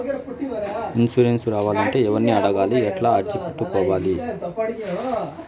Insurance రావాలంటే ఎవర్ని అడగాలి? ఎట్లా అర్జీ పెట్టుకోవాలి?